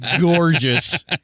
gorgeous